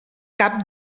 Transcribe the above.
cap